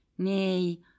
Nay